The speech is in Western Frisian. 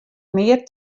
mear